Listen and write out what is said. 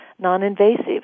non-invasive